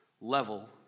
level